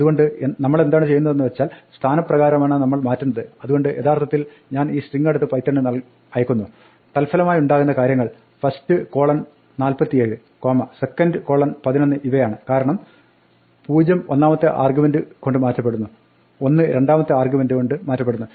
അതുകൊണ്ട് നമ്മളെന്താണ് ചെയ്യുന്നതെന്ന് വെച്ചാൽ സ്ഥാനപ്രകാരമാണ് നമ്മൾ മാറ്റുന്നത് അതുകൊണ്ട് യഥാർത്ഥത്തിൽ ഞാൻ ഈ സ്ട്രിങ്ങെടുത്ത് പൈത്തണിന് അയക്കുന്നു തൽഫലമായുണ്ടാകുന്ന കാര്യങ്ങൾ first 47 second 11 ഇവയാണ് കാരണം 0 ഒന്നാമത്തെ ആർഗ്യുമെന്റ് കൊണ്ട് മാറ്റപ്പെടുന്നു 1 രണ്ടാമത്തെ ആർഗ്യുമെന്റ് കൊണ്ട് മാറ്റപ്പെടുന്നു